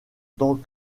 tant